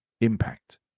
impact